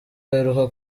baheruka